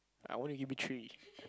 I only give it three